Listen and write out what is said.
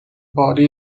body